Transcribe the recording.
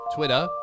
Twitter